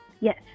Yes